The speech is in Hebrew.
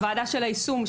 למרות הוועדה של היישום,